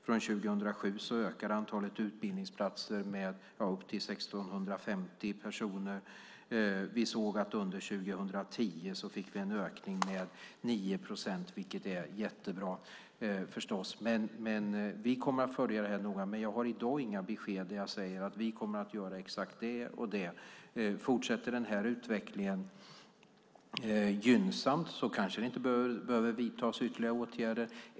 Från 2007 ökade antalet utbildningsplatser till 1 650 personer. Vi såg att vi under 2010 fick en ökning med 9 procent, vilket förstås är jättebra. Vi kommer att följa detta noga, men jag har i dag inga besked om att vi kommer att göra exakt det och det. Fortsätter denna utveckling gynnsamt kanske det inte behöver vidtas ytterligare åtgärder.